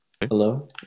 hello